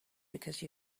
because